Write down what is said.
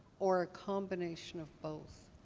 or a combination of both.